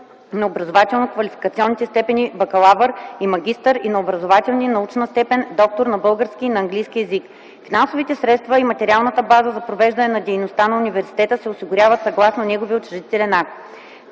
на образователно-квалификационните степени „бакалавър” и „магистър” и на образователна и научна степен „доктор” на български и на английски език. Финансовите средства и материалната база за провеждане на дейността на университета се осигуряват, съгласно неговия учредителен